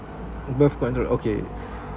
birth control okay